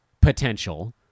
potential